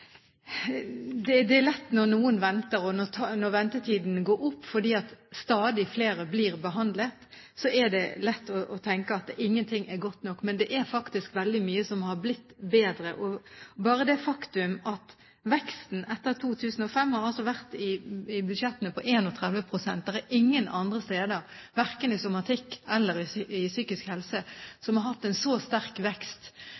er: Når noen venter, og når ventetiden går opp fordi stadig flere blir behandlet, er det lett å tenke at ingenting er godt nok. Men det er faktisk veldig mye som har blitt bedre – bare det faktum at veksten i budsjettene etter 2005 har vært på 31 pst. Det er, tross alt, ingen andre steder – verken innen somatikk eller innen psykisk helse – man har hatt en så sterk vekst,